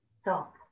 stop